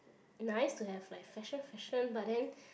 I used to have like fashion fashion but then